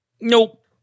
Nope